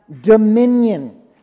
dominion